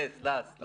לַס, לֶס, לַס.